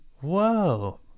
Whoa